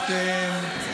גלעד.